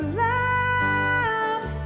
love